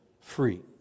free